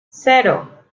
cero